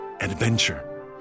adventure